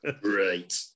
Great